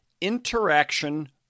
interaction